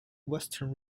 western